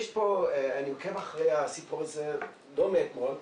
אני עוקב אחרי הסיפור הזה לא מאתמול,